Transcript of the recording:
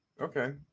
Okay